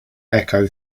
echo